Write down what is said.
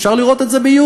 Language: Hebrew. אפשר לראות את זה ב"יוטיוב"